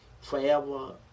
forever